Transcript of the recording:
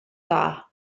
dda